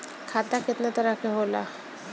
खाता केतना तरह के होला?